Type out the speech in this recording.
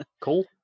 Cool